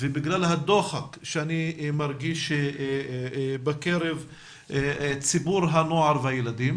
ובגלל הדוחק שאני מרגיש בקרב ציבור הנוער והילדים